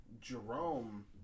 Jerome